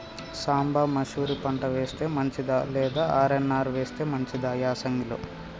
సాంబ మషూరి పంట వేస్తే మంచిదా లేదా ఆర్.ఎన్.ఆర్ వేస్తే మంచిదా యాసంగి లో?